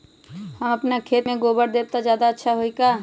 हम अपना खेत में गोबर देब त ज्यादा अच्छा होई का?